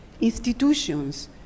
institutions